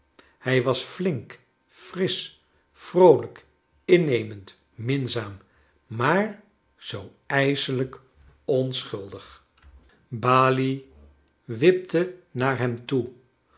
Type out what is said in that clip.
hij was ilink f risen vroolijk innemend minzaam maar zoo ijselijk onschuldig balie wipte naar hem toe